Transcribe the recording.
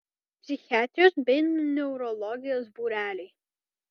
psichiatrijos bei neurologijos būreliai